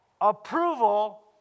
approval